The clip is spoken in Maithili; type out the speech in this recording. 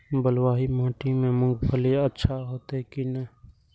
बलवाही माटी में मूंगफली अच्छा होते की ने?